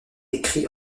écrits